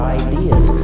ideas